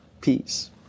Peace